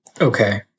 Okay